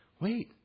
wait